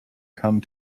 come